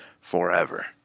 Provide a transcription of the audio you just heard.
forever